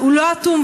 אז הוא לא אטום,